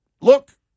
look